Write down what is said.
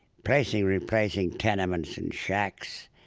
replacing replacing tenements and shacks.